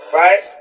right